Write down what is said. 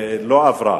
לא עברה.